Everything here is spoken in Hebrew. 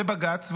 לבג"ץ,